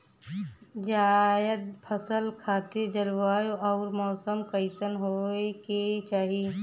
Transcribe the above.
जायद फसल खातिर जलवायु अउर मौसम कइसन होवे के चाही?